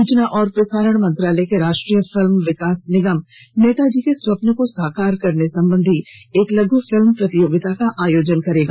सूचना और प्रसारण मंत्रालय का राष्ट्रीय फिल्मं विकास निगम नेताजी के स्वप्न को साकार करने संबंधी एक लघु फिल्म प्रतियोगिता का आयोजन करेगा